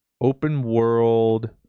open-world